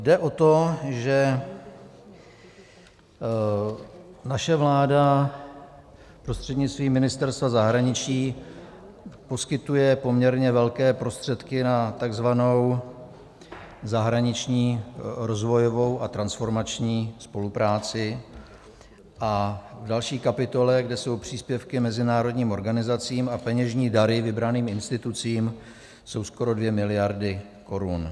Jde o to, že naše vláda prostřednictvím Ministerstva zahraničí poskytuje poměrně velké prostředky na takzvanou zahraniční rozvojovou a transformační spolupráci, a v další kapitole, kde jsou příspěvky mezinárodním organizacím a peněžní dary vybraným institucím, jsou skoro 2 miliardy korun.